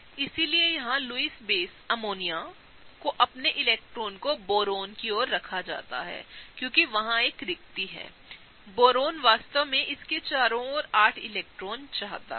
इसलिए यहां Lewis base अमोनियाकोअपने इलेक्ट्रॉनों को बोरॉन की ओर रखा जाता है क्योंकि वहाँ एक रिक्ति हैबोरॉन वास्तव मेंइसके चारों ओर8इलेक्ट्रॉनचाहताहै